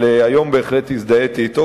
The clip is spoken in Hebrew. אבל היום בהחלט הזדהיתי אתו.